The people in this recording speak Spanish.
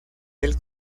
del